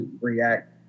react